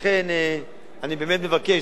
לכן אני באמת מבקש,